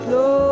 no